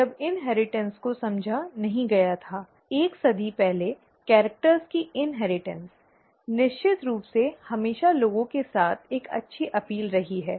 जब इनहेरिटेंस को समझा नहीं गया था एक सदी पहले कैरिक्टर की इनहेरिटेंस निश्चित रूप से हमेशा लोगों के साथ एक अच्छी अपील रही है